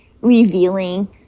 revealing